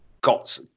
got